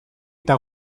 eta